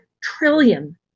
trillion